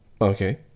Okay